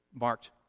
marked